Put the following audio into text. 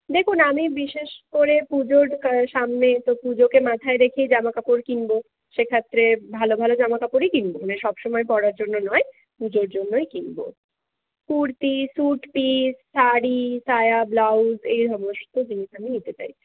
দেখুন আমি বিশেষ করে পুজোর সামনে তো পুজোকে মাথায় রেখে জামা কাপড় কিনবো সেক্ষেত্রে ভালো ভালো জামা কাপড়ই কিনব সব সময় পরার জন্য নয় পুজোর জন্যই কিনব কুর্তি সুটপিস শাড়ি সায়া ব্লাউজ এই সমস্ত জিনিস আমি নিতে চাইছি